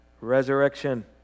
Resurrection